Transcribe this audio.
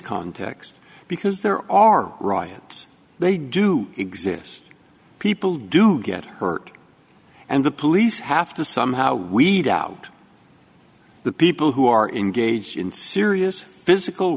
context because there are riots they do exist people do get hurt and the police have to somehow we doubt the people who are engaged in serious physical